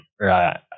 right